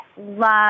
love